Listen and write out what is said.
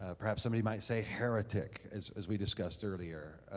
ah perhaps somebody might say heretic, as as we discussed earlier,